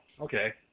okay